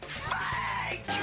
fake